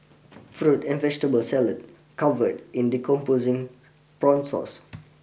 fruit and vegetable salad covered in decomposing prawn sauce